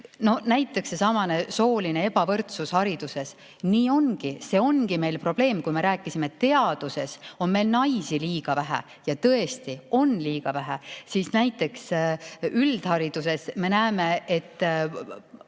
Näiteks seesama sooline ebavõrdsus hariduses. Nii ongi. See ongi meil probleem. Kui me rääkisime, et teaduses on meil naisi liiga vähe – ja tõesti on liiga vähe –, siis näiteks üldhariduses, me näeme, on